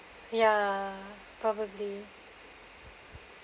ya probably